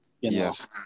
yes